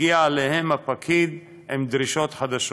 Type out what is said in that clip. הגיע אליהם הפקיד עם דרישות חדשות.